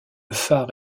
phare